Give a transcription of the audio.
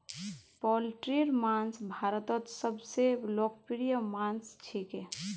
पोल्ट्रीर मांस भारतत सबस लोकप्रिय मांस छिके